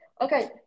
okay